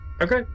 Okay